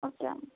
okay అమ్మ